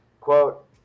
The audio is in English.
Quote